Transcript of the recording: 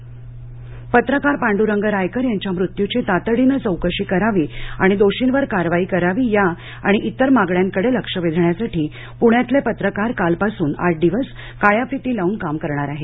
पत्रकार निधन पत्रकार पांड्रंग रायकर यांच्या मृत्यूची तातडीने चौकशी करावी आणि दोषींवर कारवाई करावी या आणि इतर मागण्यांकडे लक्ष वेधण्यासाठी प्ण्यातले पत्रकार काल पासून आठ दिवस काळ्या फिती लावून काम करणार आहेत